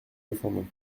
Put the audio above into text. défendons